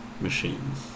machines